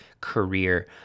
career